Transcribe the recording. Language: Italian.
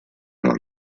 non